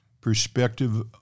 perspective